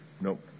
Nope